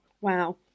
Wow